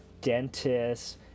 Dentists